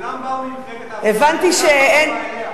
כולם באו ממפלגת העבודה, הבנתי שאין,